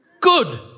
Good